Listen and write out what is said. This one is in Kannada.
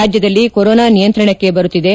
ರಾಜ್ಯದಲ್ಲಿ ಕೊರೋನಾ ನಿಯಂತ್ರಣಕ್ಕೆ ಬರುತ್ತಿದೆ